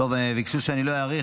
ביקשו שלא אאריך.